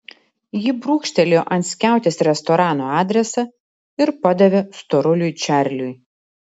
ji brūkštelėjo ant skiautės restorano adresą ir padavė storuliui čarliui